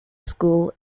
school